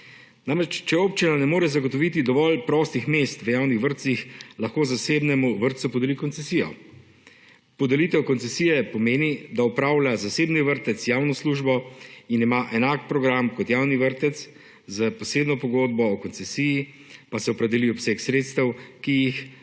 Namreč, če občina ne more zagotoviti dovolj prostih mest v javnih vrtcih, lahko zasebnemu vrtcu podeli koncesijo. Podelitev koncesije pomeni, da opravlja zasebni vrtec javno službo in ima enak program kot javni vrtec, s posebno pogodbo o koncesiji pa se opredeli obseg sredstev, ki jih